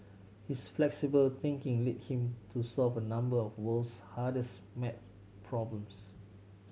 his flexible thinking led him to solve a number of world's hardest math problems